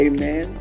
Amen